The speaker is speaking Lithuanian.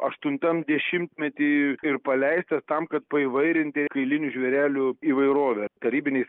aštuntam dešimtmety ir paleistas tam kad paįvairinti kailinių žvėrelių įvairovę tarybiniais